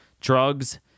drugs